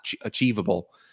achievable